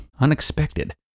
unexpected